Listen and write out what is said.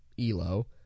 elo